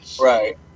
right